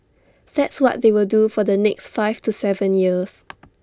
that's what they will do for the next five to Seven years